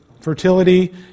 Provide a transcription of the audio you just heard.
fertility